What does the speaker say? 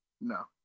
no